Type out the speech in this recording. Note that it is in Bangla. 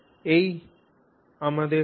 এই আমাদের আছে